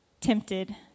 tempted